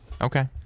Okay